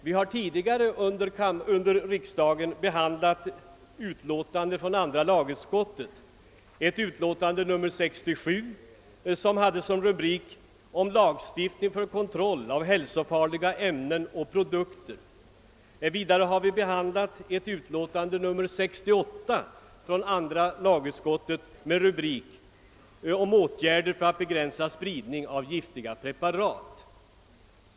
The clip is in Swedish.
Vi har tidigare innevarande riksdag behandlat ett utlåtande från andra lagutskottet, nr 67; med rubriken >Om lagstiftning för kontroll av hälsofarliga ämnen och produkter>. Vidare har vi behandlat andra lagutskottets utlåtande nr 68 med rubriken >Om åtgärder för att begränsa spridningen av giftiga preparat».